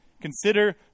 Consider